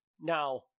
now